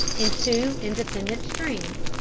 in two independent streams,